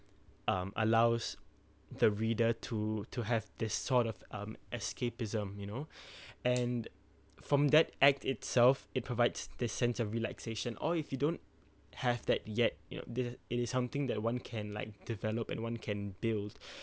um allows the reader to to have this sort of um escapism you know and from that act itself it provides the sense of relaxation or if you don't have that yet you know this is it is something that one can like develop and one can build